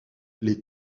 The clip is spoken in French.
les